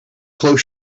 close